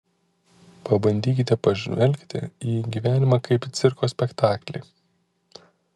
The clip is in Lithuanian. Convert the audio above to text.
pabandykite pažvelgti į gyvenimą kaip į cirko spektaklį